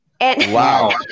Wow